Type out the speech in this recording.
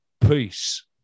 Peace